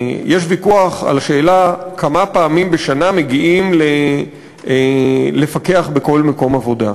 יש ויכוח בשאלה כמה פעמים בשנה מגיעים לפקח בכל מקום עבודה,